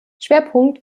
schwerpunkt